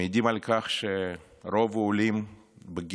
הם מעידים על כך שרוב העולים בגיל